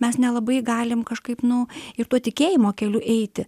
mes nelabai galim kažkaip nu ir tuo tikėjimo keliu eiti